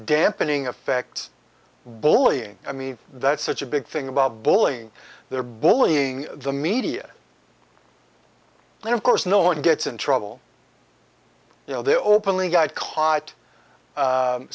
dampening effect bullying i mean that's such a big thing about bullying they're bullying the media and of course no one gets in trouble you know they openly got caught